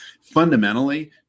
fundamentally